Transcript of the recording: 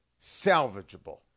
salvageable